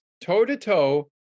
toe-to-toe